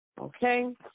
Okay